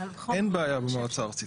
אין בעיה במועצה הארצית.